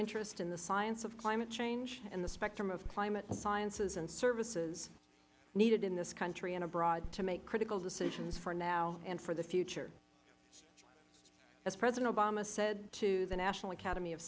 interest in the science of climate change and the spectrum of climate sciences and services needed in this country and abroad to make critical decisions for now and for the future as president obama said to the national academy of